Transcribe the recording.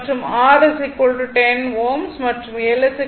மற்றும் R 10 ohm மற்றும் L 0